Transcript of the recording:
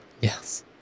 Yes